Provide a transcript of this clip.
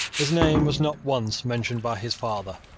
his name was not once mentioned by his father.